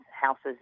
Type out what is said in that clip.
houses